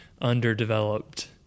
underdeveloped